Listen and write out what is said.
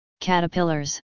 Caterpillars